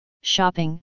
shopping